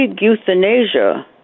euthanasia